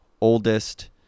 oldest